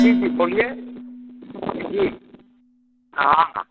जी जी बोलिए जी हाँ हाँ